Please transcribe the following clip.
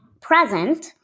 present